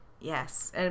Yes